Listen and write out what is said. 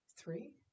Three